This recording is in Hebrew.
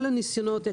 כל הניסיונות.